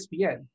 ESPN